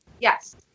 yes